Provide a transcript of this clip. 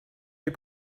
les